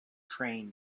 train